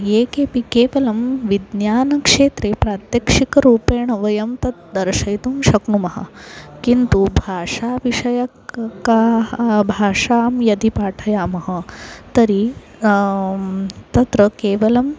ये केऽपि केवलं विज्ञानक्षेत्रे प्रत्यक्षरूपेण वयं तत् दर्शयितुं शक्नुमः किन्तु भाषाविषयकाः काः भाषाः यदि पाठयामः तर्हि तत्र केवलं